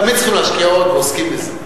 תמיד צריך להשקיע עוד ועוסקים בזה,